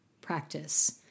practice